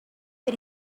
but